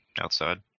Outside